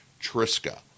Triska